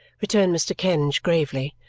returned mr. kenge gravely.